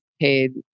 paid